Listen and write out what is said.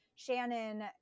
Shannon